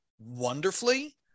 wonderfully